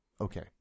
Okay